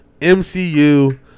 MCU